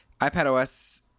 iPadOS